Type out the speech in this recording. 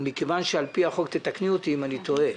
ומכיוון שעל פי החוק תתקני אותי אם אני טועה.